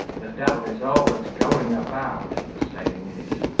the devil is always going about, as the saying is.